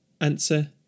Answer